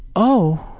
oh,